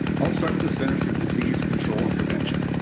i'll start with the center for disease control and prevention.